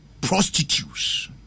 prostitutes